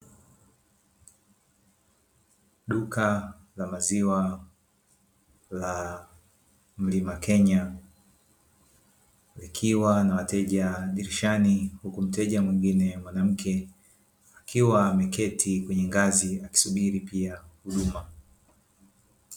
Duka la maziwa la mlima Kenya, likiwa na wateja dirishani, huku mteja mwingine mwanamke akiwa ameketi kwenye ngazi akisubiri pia huduma.